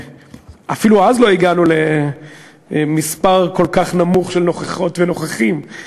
אפילו אז לא הגענו למספר כל כך נמוך של נוכחות ונוכחים.